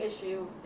issue